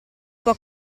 può